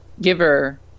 giver